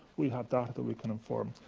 we have data that we can inform.